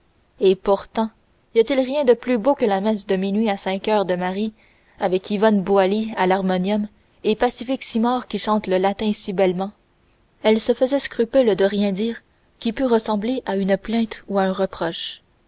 et pourtant y a-t-il rien de plus beau que la messe de minuit à saint coeur de marie avec yvonne boilly à l'harmonium et pacifique simard qui chante le latin si bellement elle se faisait scrupule de rien dire qui pût ressembler à une plainte ou à un reproche